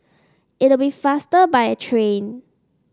it'll be faster by a train